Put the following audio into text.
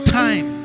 time